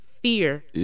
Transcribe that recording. fear